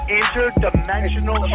interdimensional